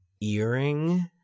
earring